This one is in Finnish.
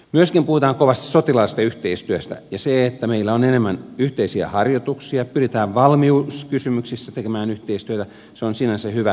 myöskin puhutaan kovasti sotilaallisesti yhteistyöstä ja se että meillä on enemmän yhteisiä harjoituksia pyritään valmiuskysymyksissä tekemään yhteistyötä on sinänsä hyvä